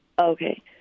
Okay